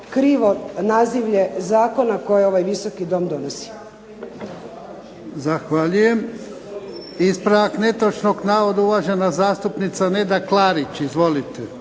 krivo nazivlje zakona koje ovaj Visoki dom donosi. **Jarnjak, Ivan (HDZ)** Zahvaljujem. Ispravak netočnog navoda, uvažena zastupnica Neda Klarić. Izvolite.